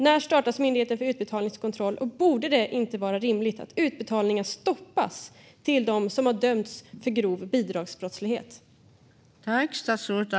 När ska Myndigheten för utbetalningskontroll starta sitt arbete, och borde det inte vara rimligt att utbetalningar till dem som har dömts för grov bidragsbrottslighet stoppas?